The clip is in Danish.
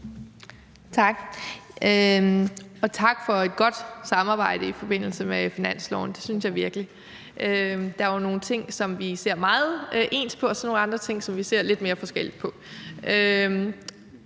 Tak. Og tak for et godt samarbejde i forbindelse med finansloven; det synes jeg virkelig. Der er jo nogle ting, som vi ser meget ens på, og så er der nogle andre ting, som vi ser lidt mere forskelligt på.